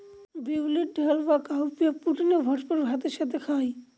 বিউলির ডাল বা কাউপিএ প্রোটিনে ভরপুর ভাতের সাথে খায়